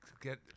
get